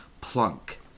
plunk